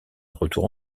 retour